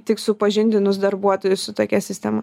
tik supažindinus darbuotojus su tokia sistema